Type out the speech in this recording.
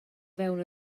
fewn